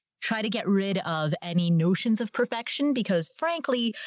try to get rid of any notions of perfection. because frankly,